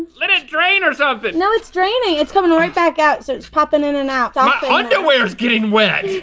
let it drain or something. no it's draining, it's coming right back out so it's poppin' in and out. my ah underwear is getting wet.